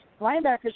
linebackers